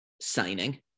signing